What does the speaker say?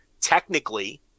technically